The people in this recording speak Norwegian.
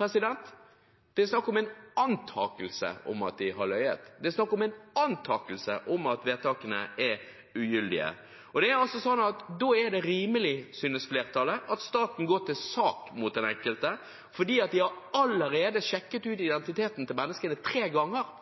det er snakk om en antakelse om at de har løyet, det er snakk om en antakelse om at vedtakene er ugyldige. Da er det rimelig, synes flertallet, at staten går til sak mot den enkelte, for staten har allerede sjekket ut identiteten til disse menneskene tre ganger,